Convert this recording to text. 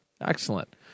Excellent